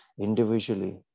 individually